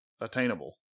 attainable